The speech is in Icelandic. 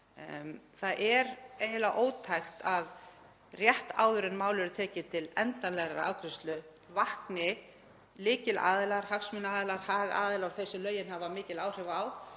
Það er eiginlega ótækt að rétt áður en mál eru tekin til endanlegrar afgreiðslu vakni lykilaðilar, hagsmunaaðilar, hagaðilar og þeir sem lögin hafa mikil áhrif á,